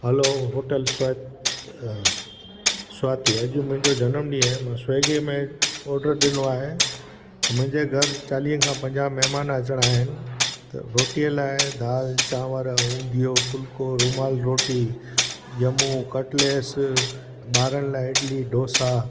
हलो hotel स्व स्वाती अॼु मुंहिंजो जनमु ॾींहुं आहे मां स्विगीअ में ऑडर ॾिनो आहे त मुंहिंजे घर चालीह खां पंजाह महिमान अचिणा आहिनि त रोटीअ लाइ दालि चांवरु उंधियो फुल्को रूमाल रोटी ॼमू कटलेस ॿारनि लाइ इडली डोसा